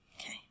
Okay